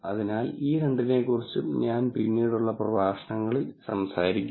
അതിനാൽ ഈ രണ്ടിനെക്കുറിച്ചും ഞാൻ പിന്നീടുള്ള പ്രഭാഷണങ്ങളിൽ സംസാരിക്കും